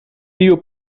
tiu